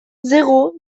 zéro